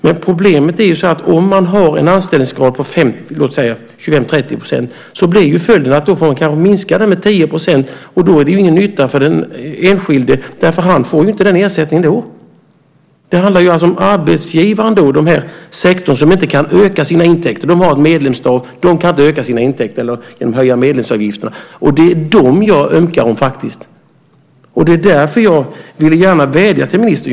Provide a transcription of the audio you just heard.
Men problemet är det att om man har en anställningsgrad på låt oss säga 25-30 % så blir följden att man kanske får minska den med 10 %. Då är det inte till någon nytta för den enskilde, för han får inte den ersättningen ändå. Det handlar om arbetsgivaren när det gäller den sektor som inte kan öka sina intäkter. De har ett medlemstal, och de kan inte öka intäkterna genom att höja medlemsavgifterna. Det är dessa jag ömkar. Det är därför jag vädjar till ministern.